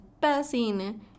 passing